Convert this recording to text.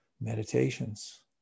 meditations